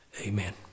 amen